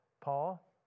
Paul